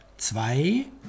Zwei